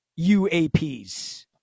UAPs